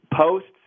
posts